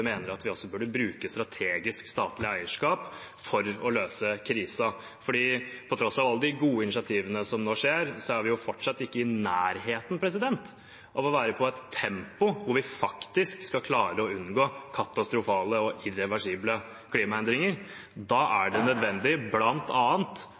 mener at vi også burde bruke strategisk statlig eierskap for å løse krisen, for på tross av alle de gode initiativene som nå skjer, er vi fortsatt ikke i nærheten av å være i et tempo hvor vi faktisk vil klare å unngå katastrofale og irreversible klimaendringer. Da